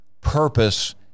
purpose